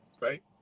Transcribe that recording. Right